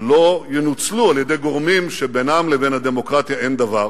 לא ינוצלו על-ידי גורמים שבינם לבין הדמוקרטיה אין דבר,